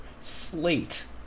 Slate